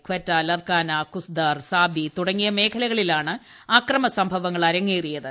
ക്വറ്റ ലർക്കാന കുസ്ദാർ സാബി തുടങ്ങിയ മേഖലകളിലാണ് അക്രമ സംഭവങ്ങൾ അരങ്ങേറിയത്